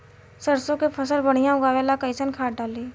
सरसों के फसल बढ़िया उगावे ला कैसन खाद डाली?